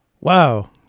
Wow